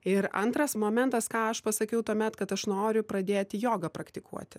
ir antras momentas ką aš pasakiau tuomet kad aš noriu pradėti jogą praktikuoti